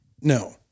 No